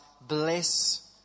bless